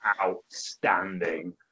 Outstanding